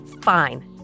Fine